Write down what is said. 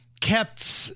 kept